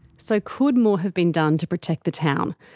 so could more have been done to protect the town?